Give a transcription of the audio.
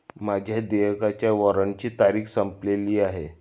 माझ्या देयकाच्या वॉरंटची तारीख संपलेली आहे